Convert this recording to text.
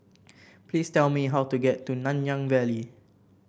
please tell me how to get to Nanyang Valley